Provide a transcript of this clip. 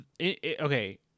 Okay